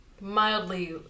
mildly